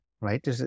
right